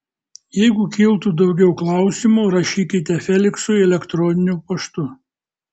jeigu kiltų daugiau klausimų rašykite feliksui elektroniniu paštu